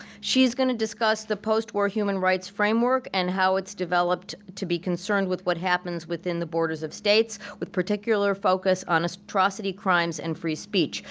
she's gonna discuss the postwar human rights framework and how it's developed to be concerned with what happens within the borders of states with particular focus on atrocity crimes and free speech.